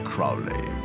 Crowley